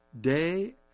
day